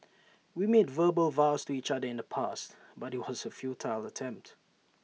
we made verbal vows to each other in the past but IT was A futile attempt